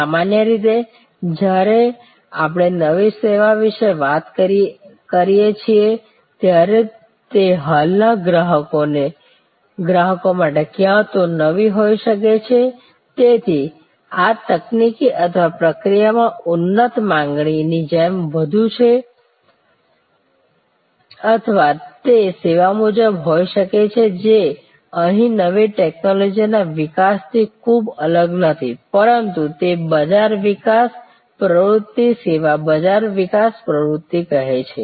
સામાન્ય રીતે જ્યારે આપણે નવી સેવા વિશે વાત કરીએ છીએ ત્યારે તે હાલના ગ્રાહકો માટે કાં તો નવી હોઈ શકે છે તેથી આ તકનીકી અથવા પ્રક્રિયામાં ઉન્નત માંગણી ની જેમ વધુ છે અથવા તે સેવા મુજબ હોઈ શકે છે જે અહીં નવી ટેક્નોલોજીના વિકાસથી બહુ અલગ નથી પરંતુ તે બજાર વિકાસ પ્રવૃત્તિ સેવા બજાર વિકાસ પ્રવૃત્તિ કહે છે